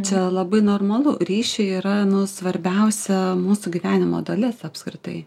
čia labai normalu ryšiai yra nu svarbiausia mūsų gyvenimo dalis apskritai